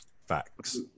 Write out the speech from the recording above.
Facts